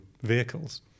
vehicles